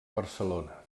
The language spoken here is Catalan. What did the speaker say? barcelona